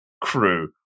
crew